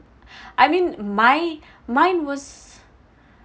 I mean my mine was